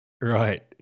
right